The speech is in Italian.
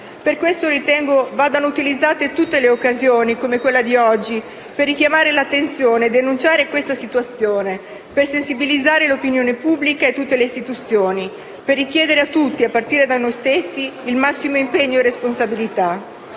Per questo ritengo che vadano utilizzate tutte le occasioni, come quella di oggi, per richiamare l'attenzione e denunciare questa situazione; per sensibilizzare l'opinione pubblica e tutte le istituzioni; per richiedere a tutti, a partire da noi stessi, il massimo impegno e responsabilità.